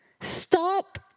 stop